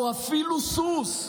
או אפילו סוס,